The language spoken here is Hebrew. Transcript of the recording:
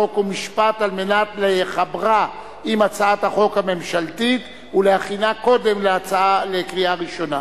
חוק ומשפט כדי לחברה עם הצעת החוק הממשלתית ולהכינה קודם לקריאה ראשונה.